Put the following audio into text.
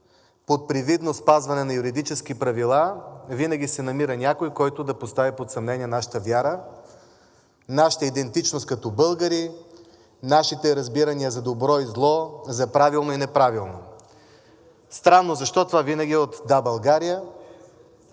под привидно спазване на юридически правила, винаги се намира някой, който да постави под съмнение нашата вяра, нашата идентичност като българи, нашите разбирания за добро и зло, за правилно и неправилно. Странно защо това винаги е от „Да, България“?!